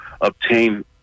obtain